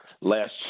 last